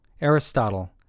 Aristotle